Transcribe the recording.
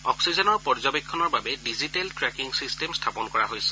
অক্সিজেনৰ পৰ্যবেক্ষণৰ বাবে ডিজিটেল ট্ৰেকিং ছিট্টেম স্থাপন কৰা হৈছে